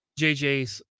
jj's